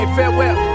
farewell